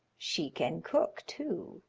she can cook, too.